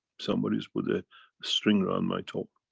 somebody's put a string around my toe.